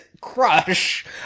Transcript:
crush